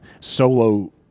solo